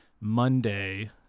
Monday